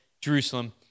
Jerusalem